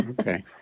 Okay